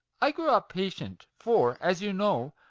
i grew up patient for, as you know,